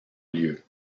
lieu